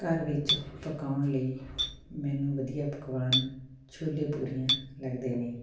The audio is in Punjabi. ਘਰ ਵਿੱਚ ਪਕਾਉਣ ਲਈ ਮੈਨੂੰ ਵਧੀਆ ਪਕਵਾਨ ਛੋਲੇ ਪੂਰੀਆਂ ਲੱਗਦੇ ਨੇ